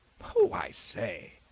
oh, i say!